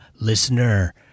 listener